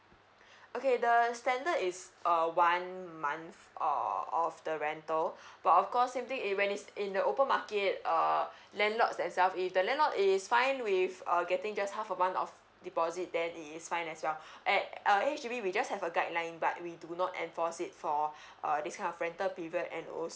okay the standard is uh one month of of the rental but of course when it's in the open market uh landlords themselves the landlord is fine with err getting just half of one of deposit then it is fine as well at H_D_B we just have a guideline but we do not enforce it for uh this kind of rental period and also